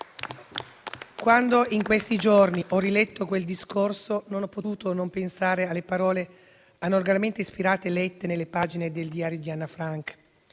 Quando in questi giorni ho riletto quel discorso, non ho potuto non pensare alle parole analogamente ispirate e lette nelle pagine del «Diario di Anna Frank»: